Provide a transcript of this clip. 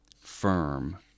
Firm